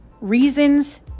reasons